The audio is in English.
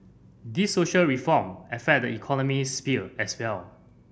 these social reform affect the economic sphere as well